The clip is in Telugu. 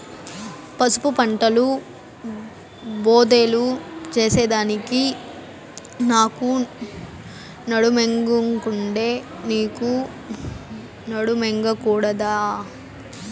పసుపు పంటల బోదెలు చేసెదానికి నాకు నడుమొంగకుండే, నీకూ నడుమొంగకుండాదే